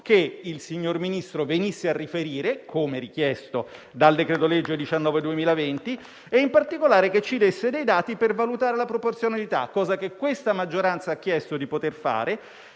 che il signor Ministro venisse a riferire, come richiesto dal decreto-legge n. 19. e in particolare che ci desse dei dati per valutare la proporzionalità dell'intervento cosa che questa maggioranza ha chiesto di poter fare.